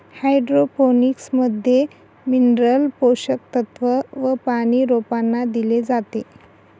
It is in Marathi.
हाइड्रोपोनिक्स मध्ये मिनरल पोषक तत्व व पानी रोपांना दिले जाते